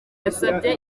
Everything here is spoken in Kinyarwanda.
yasabye